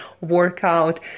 workout